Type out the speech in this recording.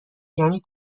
یعنی